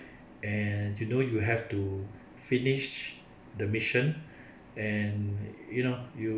and you know you have to finish the mission and you know you're